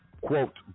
quote